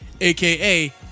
AKA